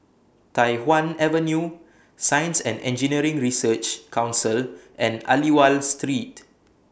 Tai Hwan Avenue Science and Engineering Research Council and Aliwal Street